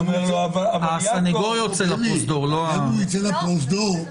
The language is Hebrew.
גם אם הוא ייצא לפרוזדור,